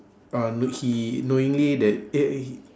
uh he knowingly that eh {eh] he